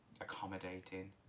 accommodating